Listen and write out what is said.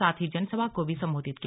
साथ ही जनसभा को भी संबोधित किया